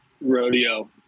rodeo